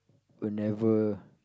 whenever